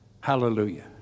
Hallelujah